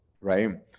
right